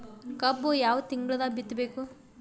ಕಬ್ಬು ಯಾವ ತಿಂಗಳದಾಗ ಬಿತ್ತಬೇಕು?